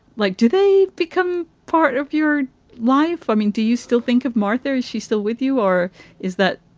like, do they become part of your life? i mean, do you still think of martha? is she still with you or is that